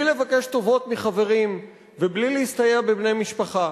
לבקש טובות מחברים ובלי להסתייע בבני משפחה.